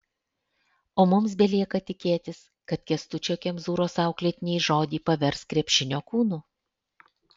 o mums belieka tikėtis kad kęstučio kemzūros auklėtiniai žodį pavers krepšinio kūnu